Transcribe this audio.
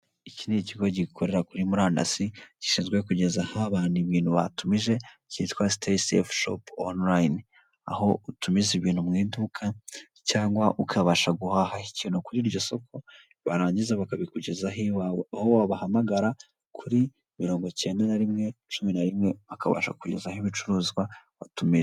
Iki ni ikigo gikorera kuri murandasi gishinzwe kugezaho abantu ibintu batumije, cyitwa siteyi sefu onurayini, aho utumiza ibintu mu iduka cyangwa ukabasha guhaha ikintu kuri iryo soko, barangiza bakabikugezaho iwawe. Aho wabahamagara: kuri mirongo icyenda na rimwe, cumi na rimwe, bakabasha kukugezaho ibicuruzwa watumije.